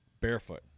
barefoot